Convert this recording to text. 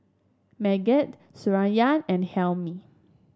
Megat Suraya and Hilmi